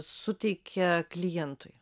suteikia klientui